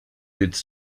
leads